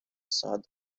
сад